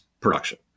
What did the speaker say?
production